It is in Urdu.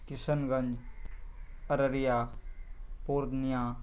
کشن گنج ارریہ پورنیہ